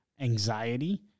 Anxiety